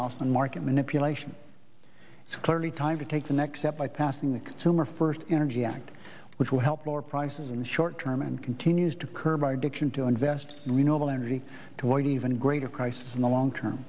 house on market manipulation it's clearly time to take the next step by passing the consumer first energy act which will help lower prices in the short term and continues to curb our addiction to invest in renewable energy to even greater crisis in the long term